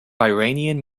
iranian